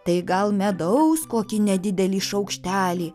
tai gal medaus kokį nedidelį šaukštelį